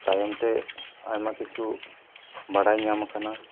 ᱛᱟᱭᱚᱢ ᱛᱮ ᱟᱭᱢᱟ ᱠᱤᱪᱷᱩ ᱵᱟᱰᱟᱭ ᱧᱟᱢ ᱟᱠᱟᱱᱟ